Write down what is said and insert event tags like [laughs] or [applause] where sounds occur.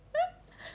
[laughs]